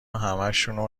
همشونو